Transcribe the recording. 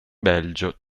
belgio